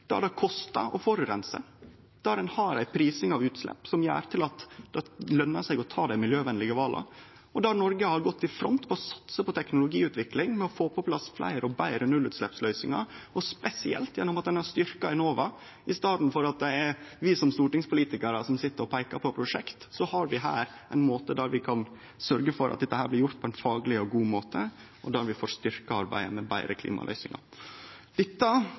der det kostar å forureine, der ein har ei prising av utslepp som gjer at det løner seg å ta dei miljøvenlege vala, der Noreg har gått i front i å satse på teknologiutvikling ved å få på plass fleire og betre nullutsleppsløysingar og spesielt gjennom at ein har styrkt Enova. I staden for at det er vi som stortingspolitikarar som sit og peikar på prosjekt, kan vi her sørgje for at dette blir gjort på ein fagleg og god måte, og der vi får styrkt arbeidet med betre klimaløysingar. Dette